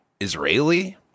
Israeli